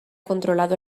controlado